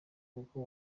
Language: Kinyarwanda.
kuko